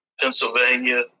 Pennsylvania